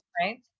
right